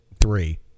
three